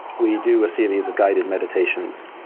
where you do a series of guided meditations.